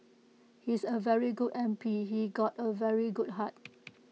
he's A very good M P he's got A very good heart